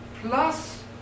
plus